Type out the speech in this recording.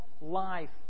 life